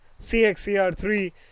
CXCR3